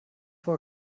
war